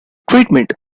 treatment